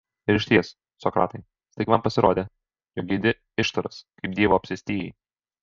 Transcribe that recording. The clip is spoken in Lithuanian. ir išties sokratai staiga man pasirodė jog giedi ištaras kaip dievo apsėstieji